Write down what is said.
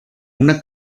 una